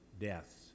death's